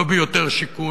לא ביותר שיכון,